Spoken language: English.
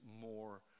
more